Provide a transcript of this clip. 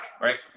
right